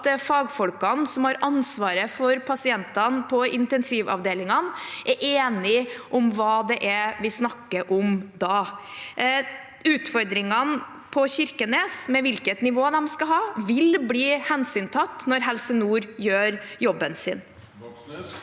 fagfolkene som har ansvaret for pasientene på intensivavdelingene, er enige om hva det er vi snakker om da. Utfordringene på Kirkenes med hvilket nivå det skal ha, vil bli hensyntatt når Helse Nord gjør jobben sin.